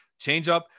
changeup